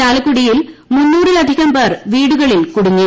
ചാലക്കുടിയിൽ മുന്നൂറിലധികം പേർ വീടുകളിൽ കുടുങ്ങി